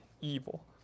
evil